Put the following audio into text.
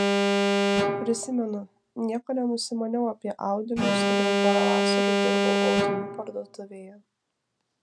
prisimenu nieko nenusimaniau apie audinius todėl porą vasarų dirbau audinių parduotuvėje